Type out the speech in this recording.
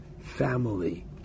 family